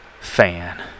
fan